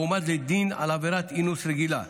והוא הועמד לדין על עבירת אינוס רגילה.